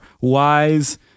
wise